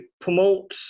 promote